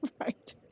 right